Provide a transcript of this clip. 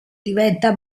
diventa